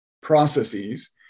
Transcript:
processes